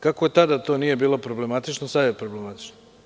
Kako to tada nije bilo problematično a sada je problematično?